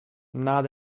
not